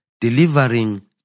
delivering